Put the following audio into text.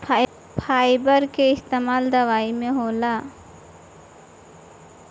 fibre कअ इस्तेमाल दवाई में होला